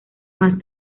más